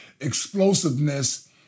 explosiveness